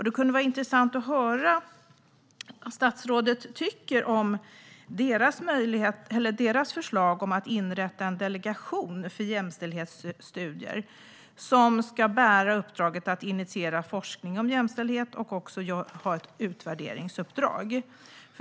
Det vore intressant att höra lite om vad statsrådet tycker om deras förslag att inrätta en delegation för jämställdhetsstudier som ska bära uppdraget att initiera forskning om jämställdhet och även ha ett utvärderingsuppdrag.